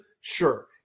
Sure